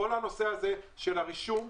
כל הנושא הזה של הרישום,